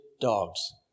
dogs